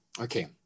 okay